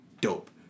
Dope